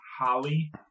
Holly